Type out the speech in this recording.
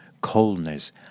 coldness